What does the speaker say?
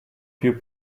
più